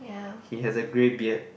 he has a grey beard